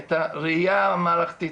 את הראייה המערכתית,